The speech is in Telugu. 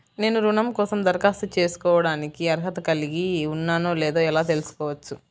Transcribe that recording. నేను రుణం కోసం దరఖాస్తు చేసుకోవడానికి అర్హత కలిగి ఉన్నానో లేదో ఎలా తెలుసుకోవచ్చు?